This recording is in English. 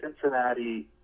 Cincinnati